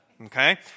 okay